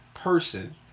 Person